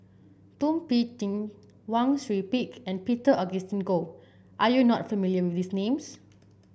Thum Ping Tjin Wang Sui Pick and Peter Augustine Goh are you not familiar with these names